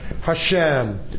Hashem